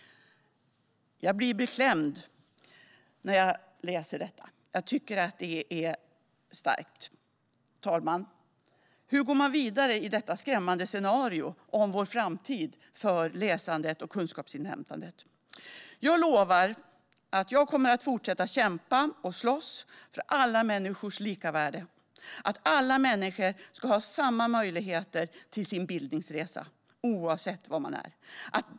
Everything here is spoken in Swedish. Jag blir beklämd när jag läser detta. Jag tycker att det är starkt, herr talman. Hur går man vidare i detta skrämmande scenario vad gäller framtiden för läsandet och kunskapsinhämtandet? Jag lovar att jag kommer att fortsätta att kämpa och slåss för alla människors lika värde och för att alla människor ska ha samma möjligheter till sin bildningsresa, oavsett vad man är.